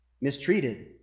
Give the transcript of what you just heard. mistreated